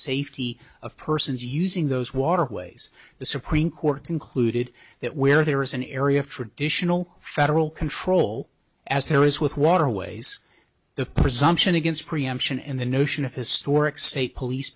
safety of persons using those waterways the supreme court concluded that where there is an area of traditional federal control as there is with waterways the presumption against preemption and the notion of historic state police